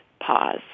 pause